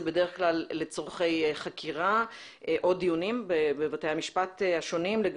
זה בדרך כלל לצרכי חקירה או דיונים בבתי המשפט השונים.